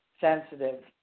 sensitive